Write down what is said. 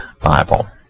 Bible